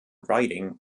writing